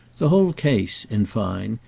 the whole case, in fine,